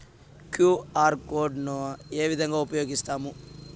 QR code ను ఏ విధంగా ఉపయగిస్తాము?